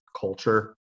culture